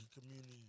community